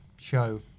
show